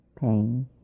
pain